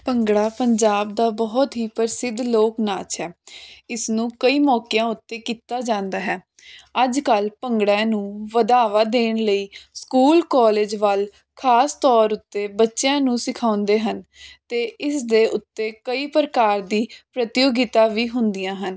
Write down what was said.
ਭੰਗੜਾ ਪੰਜਾਬ ਦਾ ਬਹੁਤ ਹੀ ਪ੍ਰਸਿੱਧ ਲੋਕ ਨਾਚ ਹੈ ਇਸ ਨੂੰ ਕਈ ਮੌਕਿਆਂ ਉੱਤੇ ਕੀਤਾ ਜਾਂਦਾ ਹੈ ਅੱਜ ਕੱਲ੍ਹ ਭੰਗੜੇ ਨੂੰ ਵਧਾਵਾ ਦੇਣ ਲਈ ਸਕੂਲ ਕਾਲਜ ਵੱਲ ਖ਼ਾਸ ਤੌਰ ਉੱਤੇ ਬੱਚਿਆਂ ਨੂੰ ਸਿਖਾਉਂਦੇ ਹਨ ਅਤੇ ਇਸ ਦੇ ਉੱਤੇ ਕਈ ਪ੍ਰਕਾਰ ਦੀ ਪ੍ਰਤੀਯੋਗਤਾ ਵੀ ਹੁੰਦੀਆਂ ਹਨ